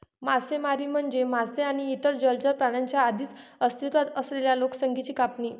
मासेमारी म्हणजे मासे आणि इतर जलचर प्राण्यांच्या आधीच अस्तित्वात असलेल्या लोकसंख्येची कापणी